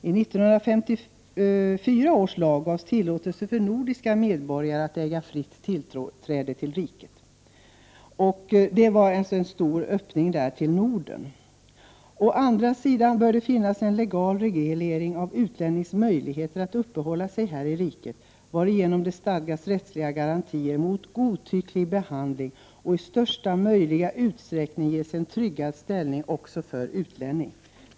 I 1954 års lag gavs tillåtelse för nordiska medborgare att äga fritt tillträde till riket. Det var en stor öppning till Norden. ”Å andra sidan bör det finnas - en legal reglering av utlännings möjligheter att uppehålla sig här i riket, varigenom det stadgas rättsliga garantier mot godtycklig behandling och i största möjliga utsträckning ges en tryggad ställning också för utlänning.